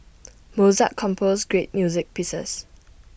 Mozart composed great music pieces